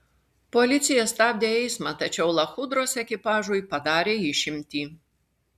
policija stabdė eismą tačiau lachudros ekipažui padarė išimtį